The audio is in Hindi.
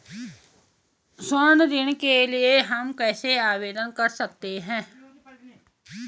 स्वर्ण ऋण के लिए हम कैसे आवेदन कर सकते हैं?